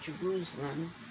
Jerusalem